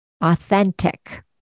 authentic